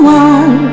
one